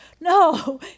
No